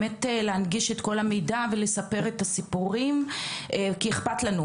להנגיש את כל המידע ולספר לנו את הסיפורים וזה כי איכפת לנו.